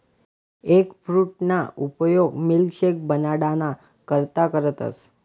एगफ्रूटना उपयोग मिल्कशेक बनाडाना करता करतस